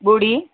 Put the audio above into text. ॿुड़ी